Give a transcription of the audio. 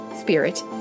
spirit